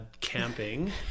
camping